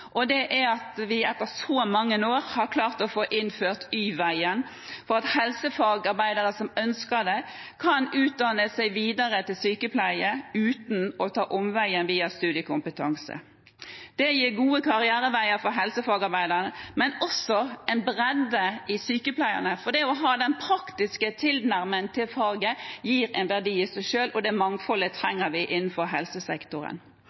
innsats her – at vi etter så mange år har klart å innføre Y-veien, slik at helsefagarbeidere som ønsker det, kan utdanne seg videre til sykepleier uten å måtte ta omveien om studiekompetanse. Det gir gode karriereveier for helsefagarbeidere, men også bredde blant sykepleierne, for det å ha den praktiske tilnærmingen til faget er en verdi i seg selv, og det mangfoldet trenger vi innenfor helsesektoren.